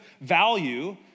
value